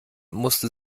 musste